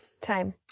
time